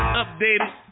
updated